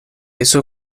eso